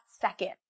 second